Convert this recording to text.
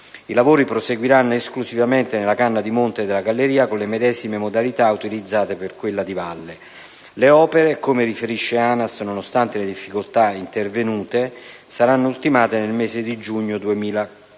I lavori proseguiranno esclusivamente nella canna di monte della galleria con le medesime modalità utilizzate per quella di valle. Le opere, come riferisce ANAS, nonostante le difficoltà intervenute, saranno ultimate nel mese di giugno 2014,